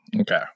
Okay